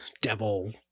devil